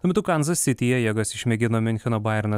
tuo metu kanzas sityje jėgas išmėgino miuncheno bayern